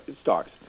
stocks